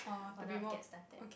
or not get started